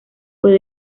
fue